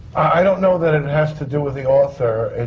i don't know that it it has to do with the author. it.